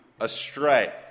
astray